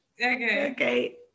Okay